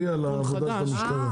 צלמים,